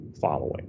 following